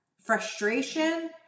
frustration